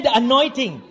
anointing